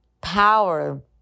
power